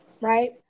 right